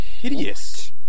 hideous